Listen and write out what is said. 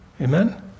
Amen